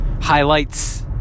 highlights